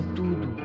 tudo